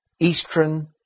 eastern